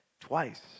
twice